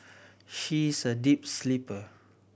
she is a deep sleeper